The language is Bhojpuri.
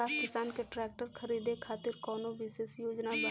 का किसान के ट्रैक्टर खरीदें खातिर कउनों विशेष योजना बा?